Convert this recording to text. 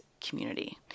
community